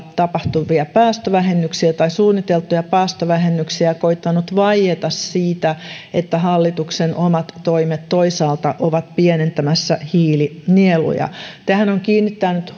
tapahtuvia päästövähennyksiä tai suunniteltuja päästövähennyksiä ja on koettanut vaieta siitä että hallituksen omat toimet toisaalta ovat pienentämässä hiilinieluja tähän on kiinnittänyt